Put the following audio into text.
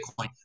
Bitcoin